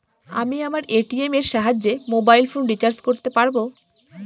আমি আমার এ.টি.এম এর সাহায্যে মোবাইল ফোন রিচার্জ করতে পারব?